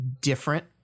different